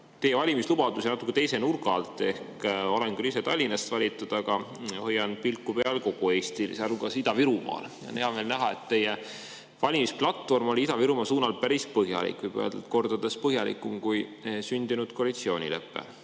teie valimislubadusi natuke teise nurga alt. Olen küll ise Tallinnast valitud, aga hoian pilku peal kogu Eestil, sealhulgas Ida-Virumaal. Ja on hea meel näha, et teie valimisplatvorm oli Ida-Virumaa suunal päris põhjalik, võib öelda, et kordades põhjalikum kui sündinud koalitsioonilepe.